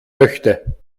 möchte